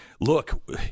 look